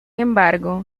embargo